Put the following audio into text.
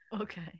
Okay